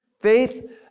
Faith